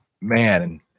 man